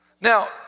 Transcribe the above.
Now